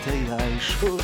tai aišku